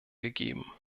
gegeben